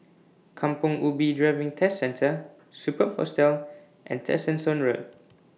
Kampong Ubi Driving Test Centre Superb Hostel and Tessensohn Road